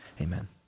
amen